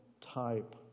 type